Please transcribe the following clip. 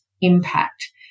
impact